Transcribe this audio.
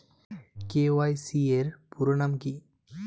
KYC এর পুরোনাম কী?